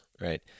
right